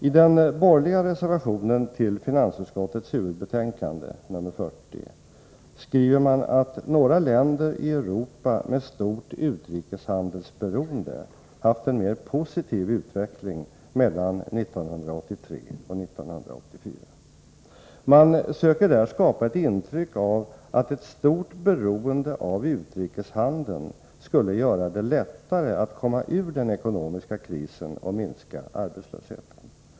I den borgerliga reservationen nr 1 till finansutskottets huvudbetänkande, nr 40, skriver man att några länder i Europa med stort utrikeshandelsberoende haft en mer positiv utveckling mellan 1983 och 1984. Man söker där skapa ett intryck av att ett stort beroende av utrikeshandeln skulle göra det lättare att komma ur den ekonomiska krisen och minska arbetslösheten.